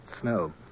snow